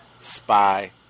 spy